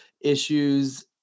issues